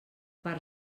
per